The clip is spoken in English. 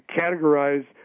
categorize